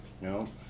No